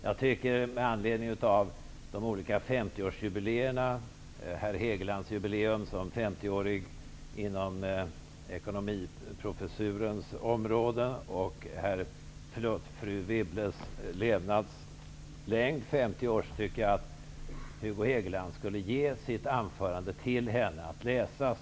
Jag tycker med anledning av de båda jubileerna, herr Hegelands 50 år inom nationalekonomins område och fru Wibbles 50-åriga levnadslängd, att Hugo Hegeland skulle ge sitt anförande till henne att läsa.